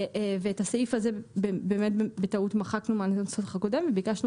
את הסעיף הזה בטעות מחקנו מהנוסח הקודם וביקשנו